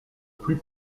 plus